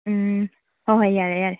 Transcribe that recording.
ꯎꯝ ꯍꯣꯏ ꯍꯣꯏ ꯌꯥꯔꯦ ꯌꯥꯔꯦ